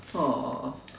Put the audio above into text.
oh